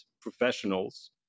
professionals